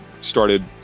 started